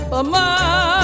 aman